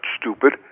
stupid